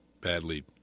badly